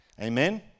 Amen